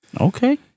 Okay